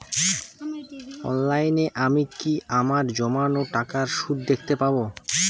অনলাইনে আমি কি আমার জমানো টাকার সুদ দেখতে পবো?